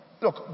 Look